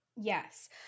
yes